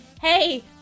Hey